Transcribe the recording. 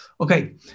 Okay